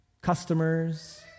customers